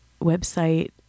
website